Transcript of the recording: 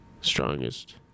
Strongest